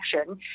action